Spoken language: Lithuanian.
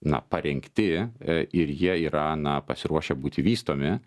na parengti ir jie yra na pasiruošę būti vystomi